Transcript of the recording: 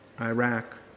Iraq